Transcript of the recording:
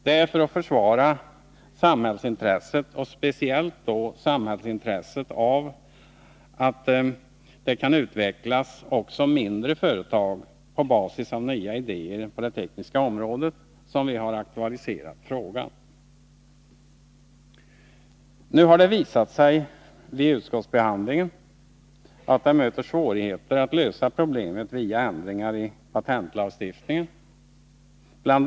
Det är för att försvara samhällsintresset och speciellt då samhällets intresse av att det kan utvecklas också mindre företag, på basis av nya idéer på det tekniska området, som vi har aktualiserat frågan. Nu har det visat sig, vid utskottsbehandlingen, att det möter svårigheter att lösa problemet via ändringar i patentlagstiftningen, bl.